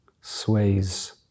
sways